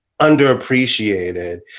underappreciated